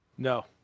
No